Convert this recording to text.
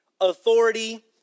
authority